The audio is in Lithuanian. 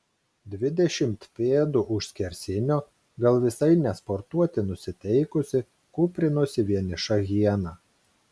dvidešimt pėdų už skersinio gal visai ne sportuoti nusiteikusi kūprinosi vieniša hiena